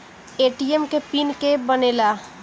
ATM के pin के के बनेला?